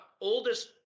oldest